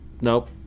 Nope